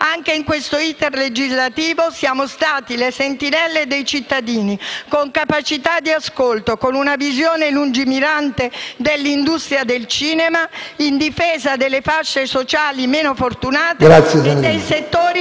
Anche in questo *iter* legislativo siamo stati le sentinelle dei cittadini, con capacità di ascolto, con una visione lungimirante dell'industria del cinema, in difesa delle fasce sociali meno fortunate e dei settori